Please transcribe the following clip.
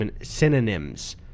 synonyms